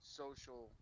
social